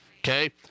okay